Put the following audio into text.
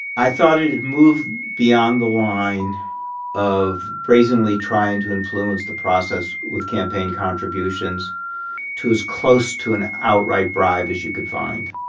i thought it had moved beyond the line of brazenly trying to influence the process with campaign contributions to as close to an outright bribe as you could find